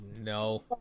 no